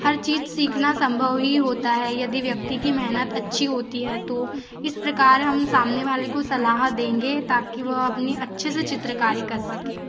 हर चीज सीखना सम्भव ही होता है यदि व्यक्ति की मेहनत अच्छी होती है तो इस प्रकार हम सामने वाले को सलाह देंगे ताकि वह अपनी अच्छे से चित्रकारी कर सके